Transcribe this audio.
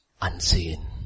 unseen